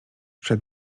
przed